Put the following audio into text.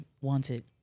wanted